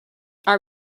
are